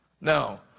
No